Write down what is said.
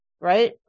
Right